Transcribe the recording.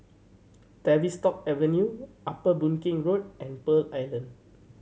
Tavistock Avenue Upper Boon Keng Road and Pearl Island